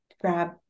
grab